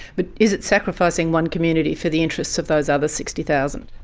but is it sacrificing one community for the interests of those other sixty thousand?